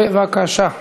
בבקשה.